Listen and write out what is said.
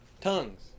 tongues